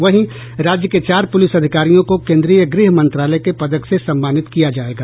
वहीं राज्य के चार पुलिस अधिकारियों को केंद्रीय गृह मंत्रालय के पदक से सम्मानित किया जाएगा